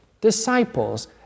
disciples